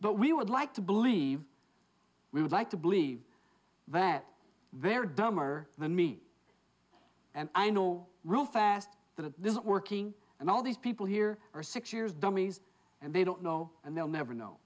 but we would like to believe we would like to believe that there are dumber than me and i know real fast that this isn't working and all these people here are six years dummies and they don't know and they'll never know